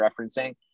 referencing